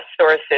sources